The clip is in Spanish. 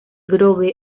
grove